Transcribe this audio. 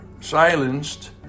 silenced